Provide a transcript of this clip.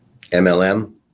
MLM